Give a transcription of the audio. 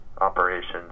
operations